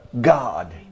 God